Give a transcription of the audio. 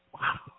Wow